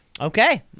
Okay